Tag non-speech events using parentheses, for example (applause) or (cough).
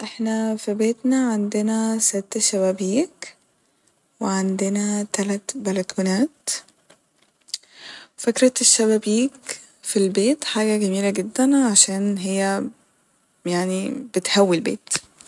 احنا ف بيتنا عندنا ست شبابيك وعندنا تلت بلكونات ، فكرة الشبابيك ف البيت حاجة جميلة جدا عشان هي (hesitation) يعني بتهوي البيت